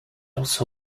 also